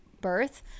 birth